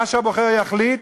מה שהבוחר יחליט,